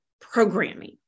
programming